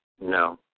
No